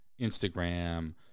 Instagram